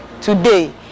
Today